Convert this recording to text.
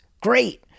Great